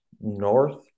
North